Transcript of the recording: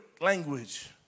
language